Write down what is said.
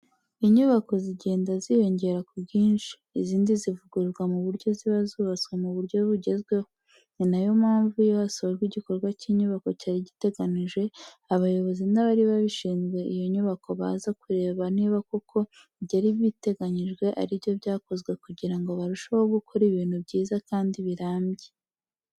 Inyubako zigenda ziyongera ku bwinshi izindi zivugururwa mu buryo ziba zubatswe mu buryo bugezweho, ni na yo mpamvu iyo hasojwe igikorwa cy'inyubako cyari giteganijwe abayobozi n'abari bashinzwe iyo nyubako baza kureba niba koko ibyari biteganyijwe ari byo byakozwe kugira ngo barusheho gukora ibintu byiza kandi birambye.